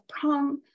prong